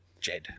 Jed